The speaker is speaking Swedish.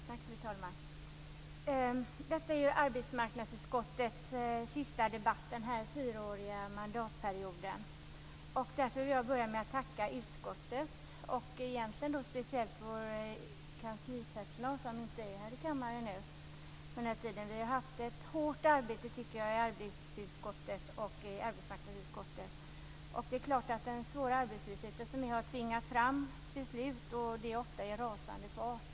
Fru talman! Detta är arbetsmarknadsutskottets sista debatt den här fyraåriga mandatperioden. Jag vill därför börja med att tacka utskottet och speciellt vår kanslipersonal, som nu inte är här i kammaren, för den tid vi har haft. Det är ett hårt arbete i arbetsmarknadsutskottet. Det är klart att den svåra arbetslösheten har tvingat fram beslut, och det ofta i en rasande fart.